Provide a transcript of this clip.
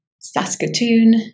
Saskatoon